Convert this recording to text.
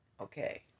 Okay